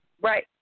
Right